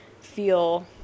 feel